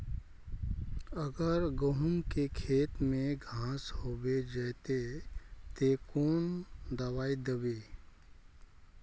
अगर गहुम के खेत में घांस होबे जयते ते कौन दबाई दबे?